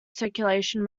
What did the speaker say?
circulation